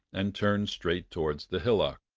and turned straight towards the hillock.